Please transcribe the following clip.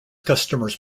customers